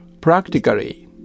practically